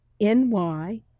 ny